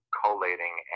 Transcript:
collating